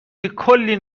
کلی